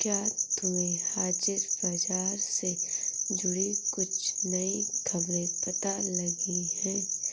क्या तुम्हें हाजिर बाजार से जुड़ी कुछ नई खबरें पता लगी हैं?